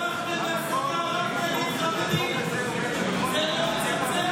השמאל תמך בהצעה, זה לא מצמצם?